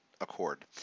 Accord